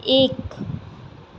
एक